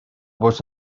was